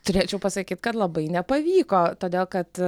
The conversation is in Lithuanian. turėčiau pasakyt kad labai nepavyko todėl kad